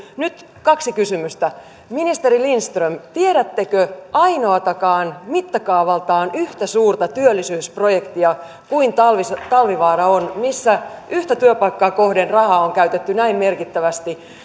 nyt kaksi kysymystä ministeri lindström tiedättekö ainoatakaan mittakaavaltaan yhtä suurta työllisyysprojektia kuin talvivaara talvivaara on missä yhtä työpaikkaa kohden rahaa on käytetty näin merkittävästi